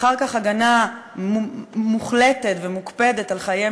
אחר כך הגנה מוחלטת ומוקפדת על חייהם